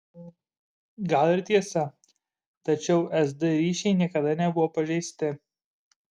gal tai ir tiesa tačiau sd ryšiai niekada nebuvo pažeisti